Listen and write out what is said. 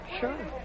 sure